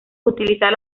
utilizar